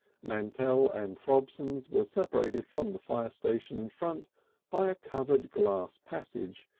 mantell and throbsons was separated from the fire station in front by a covered glass passage,